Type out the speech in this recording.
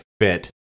fit